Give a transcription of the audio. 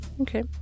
okay